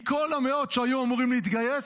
מכל המאות שהיו אמורים להתגייס,